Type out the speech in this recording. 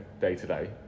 day-to-day